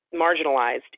marginalized